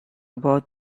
about